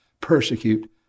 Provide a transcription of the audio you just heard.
Persecute